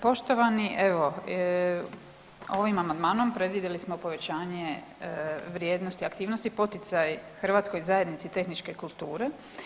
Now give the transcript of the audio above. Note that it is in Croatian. Poštovani evo, ovim amandmanom predvidjeli smo povećanje vrijednosti aktivnosti poticaj Hrvatskoj zajednici tehničke kulture.